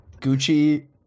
Gucci